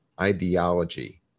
ideology